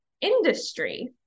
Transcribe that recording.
Industry